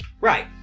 Right